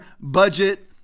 budget